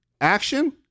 action